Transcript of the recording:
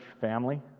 family